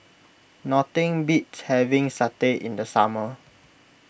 nothing beats having satay in the summer